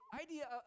idea